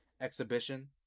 exhibition